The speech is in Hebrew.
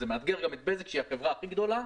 זה מאתגר גם את בזק, שהיא החברה הכי גדולה.